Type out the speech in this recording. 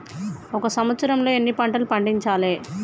ఒక సంవత్సరంలో ఎన్ని పంటలు పండించాలే?